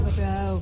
bro